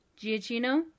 Giacchino